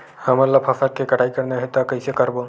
हमन ला फसल के कटाई करना हे त कइसे करबो?